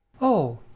Oh